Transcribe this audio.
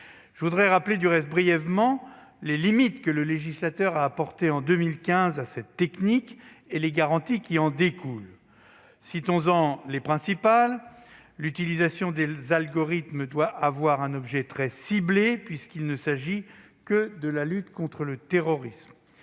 Je voudrais brièvement rappeler les limites que le législateur a fixées en 2015 à cette technique, et les garanties qui en découlent. Citons les principales. Premièrement, l'utilisation des algorithmes doit avoir un objet très ciblé, puisqu'il ne s'agit que de la lutte contre le terrorisme.